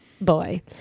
boy